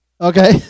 Okay